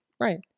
Right